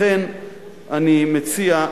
לכן אני מציע,